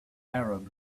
arab